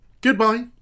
goodbye